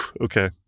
Okay